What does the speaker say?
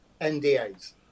NDAs